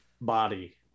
body